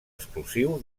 exclusiu